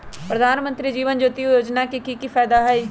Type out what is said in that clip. प्रधानमंत्री जीवन ज्योति योजना के की फायदा हई?